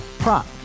Prop